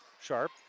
Sharp